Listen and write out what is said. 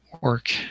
work